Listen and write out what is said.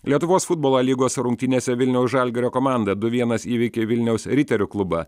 lietuvos futbolo a lygos rungtynėse vilniaus žalgirio komanda du vienas įveikė vilniaus riterių klubą